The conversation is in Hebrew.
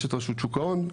יש את רשות שוק ההון,